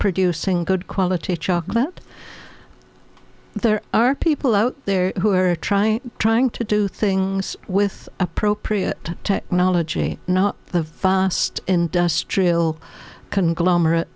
producing good quality chocolate there are people out there who are trying trying to do things with appropriate technology not the vast industrial conglomerate